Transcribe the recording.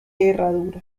herradura